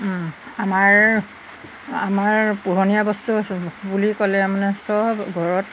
আমাৰ আমাৰ পোহনীয়া বস্তু বুলি ক'লে মানে চব ঘৰত